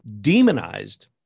demonized